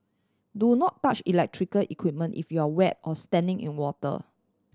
do not touch electrical equipment if you are wet or standing in water